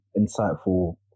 insightful